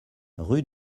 rue